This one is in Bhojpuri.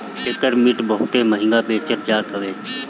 एकर मिट बहुते महंग बेचल जात हवे